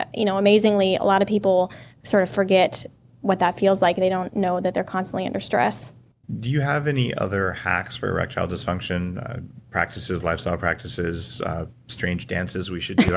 but you know amazingly, a lot of people sort of forget what that feels like, and they don't know that they're constantly under stress do you have any other hacks for erectile dysfunction practices, lifestyle practices strange dances we should do?